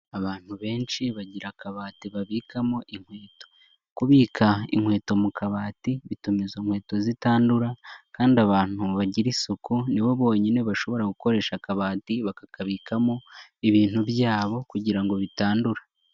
Abantu benshi bagira akabati babikamo inkweto, kubika inkweto mu kabati bituma izo nkweto zitandura kandi abantu bagira isuku ni bo bonyine bashobora gukoresha akabati, bakakabikamo ibintu byabo kugira bitandura.